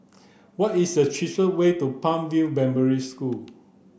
what is the cheapest way to Palm View Primary School